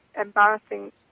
embarrassing